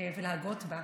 ולהגות בה.